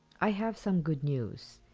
i have some good news.